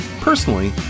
Personally